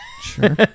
sure